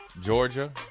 Georgia